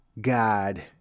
God